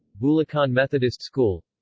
bulacan methodist school